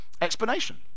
explanation